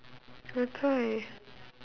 that's why